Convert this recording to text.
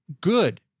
good